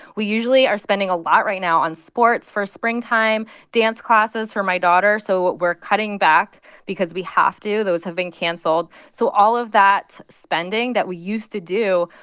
we usually are spending a lot right now on sports for springtime, dance classes for my daughter, so we're cutting back because we have to. those have been canceled. so all of that spending that we used to do,